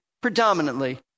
predominantly